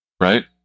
Right